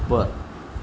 ઉપર